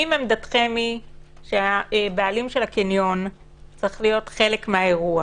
אם עמדתכם היא שהבעלים של הקניון צריך להיות חלק מהאירוע,